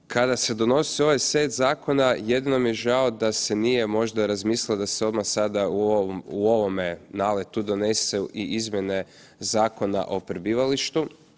Kada se donosio ovaj set zakona, jedino mi je žao da se nije možda razmislilo da se odmah sada u ovome naletu donesu i izmjene Zakona o prebivalištu.